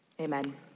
Amen